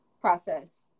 process